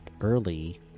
early